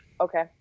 okay